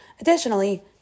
Additionally